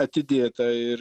atidėta ir